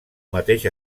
mateix